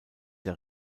der